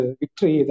victory